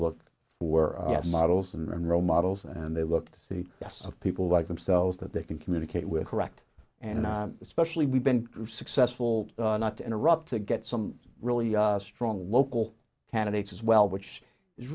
look for models and role models and they look the best of people like themselves that they can communicate with correct and especially we've been successful not to interrupt to get some really strong local candidates as well which is